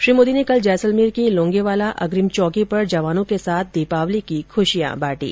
श्री मोदी ने कल जैसलमेर के लोगेंवाला अग्रिम चौकी पर जवानों के साथ दीपावली की खुशियां बांटी